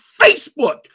Facebook